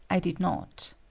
i did not.